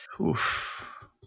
Oof